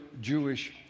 Jewish